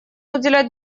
уделять